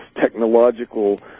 technological